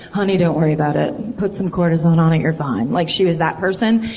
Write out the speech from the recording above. honey don't worry about it. put some cortisone on it. you're fine. like she was that person.